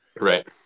Right